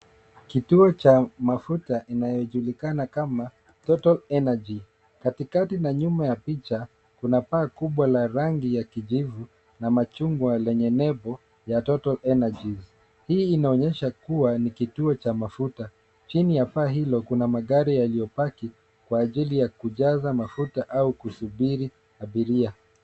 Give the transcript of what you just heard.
Kituo cha mafuta inayojulikana kama Total Energies . Katikati na nyuma ya picha kuna paa kubwa la rangi ya kijivu na machungwa lenye nembo ya Total Energies . Hii inaonyesha kuwa ni kituo cha mafuta. Chini ya paa hilo kuna magari yaliyopaki kwa ajili ya kujaza mafuta au kusubiri abiria.